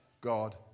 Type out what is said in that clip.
God